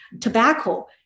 tobacco